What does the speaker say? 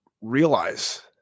realize